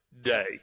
day